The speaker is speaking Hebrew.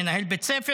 מנהל בית ספר,